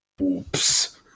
Oops